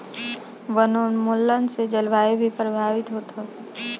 वनोंन्मुलन से जलवायु भी प्रभावित होत हवे